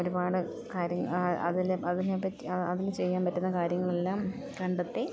ഒരുപാട് കാര്യം അതിൽ അതിനെ പറ്റി അതിൽ ചെയ്യാൻ പറ്റുന്ന കാര്യങ്ങളെല്ലാം കണ്ടെത്തി